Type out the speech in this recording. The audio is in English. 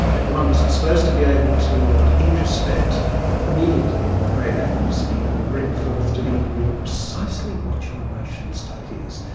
one is supposed to be able to what introspect immediately and with great accuracy, and bring forth to the interviewer precisely what your emotional state is?